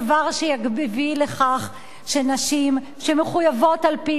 דבר שיביא לכך שנשים שמחויבות על-פי